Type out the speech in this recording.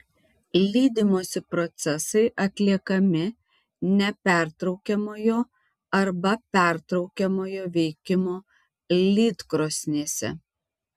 lydymosi procesai atliekami nepertraukiamojo arba pertraukiamojo veikimo lydkrosnėse